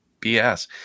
BS